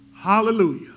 Hallelujah